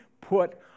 put